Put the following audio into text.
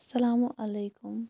اَسَلامُ علیکُم